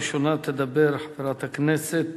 הראשונה תדבר חברת הכנסת